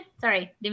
Sorry